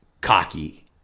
cocky